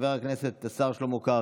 חבר הכנסת השר שלמה קרעי,